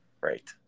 Right